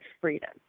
freedom